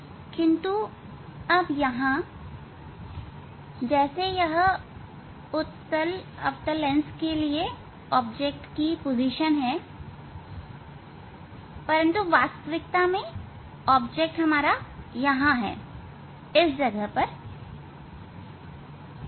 किंतु अब यहां जैसे कि यह उत्तल अवतल लेंस के लिए वस्तु स्थिति है परंतु वास्तविकता में वस्तु यहां इस जगह है